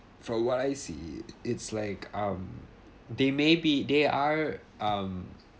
from what I see it's like um they may be they are um